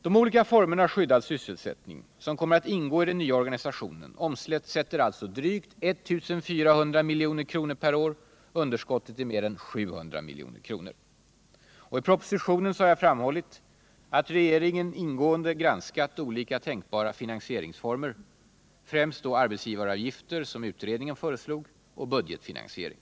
De olika formerna av skyddad sysselsättning, som kommer att ingå i den nya organisationen, omsätter alltså drygt 1400 milj.kr. per år» och underskottet är drygt 700 milj.kr. I propositionen har jag framhållit att regeringen ingående granskat olika tänkbara finansieringsformer — främst då arbetsgivaravgifter och budgetfinansiering.